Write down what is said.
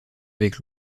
avec